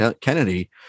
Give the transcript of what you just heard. kennedy